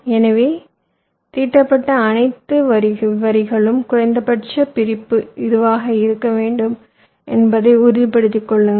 எனவே தீட்டப்பட்ட அனைத்து வரிகளிலும் குறைந்தபட்ச பிரிப்பு இதுவாக இருக்க வேண்டும் என்பதை உறுதிப்படுத்திக் கொள்ளுங்கள்